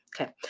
Okay